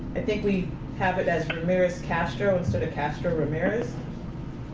i think we have it as ramirez castro instead of castro ramirez